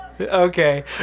Okay